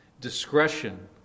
Discretion